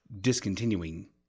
discontinuing